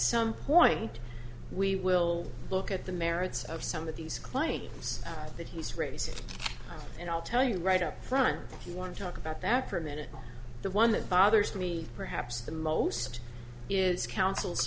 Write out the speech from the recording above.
some point we will look at the merits of some of these claims that he's raised and i'll tell you right up front you want to talk about that for a minute the one that bothers me perhaps the most is counsel's